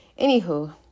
Anywho